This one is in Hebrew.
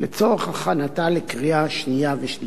לצורך הכנתה לקריאה שנייה ושלישית.